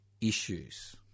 issues